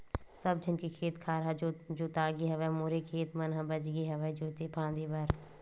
सब झन के खेत खार ह जोतागे हवय मोरे खेत मन ह बचगे हवय जोते फांदे बर